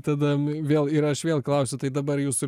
tada vėl ir aš vėl klausiu tai dabar jūsų